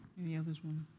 any others want